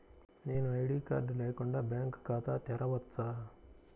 నేను ID card లేకుండా bank ఖాతా తెరవచ్చా?